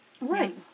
Right